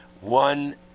One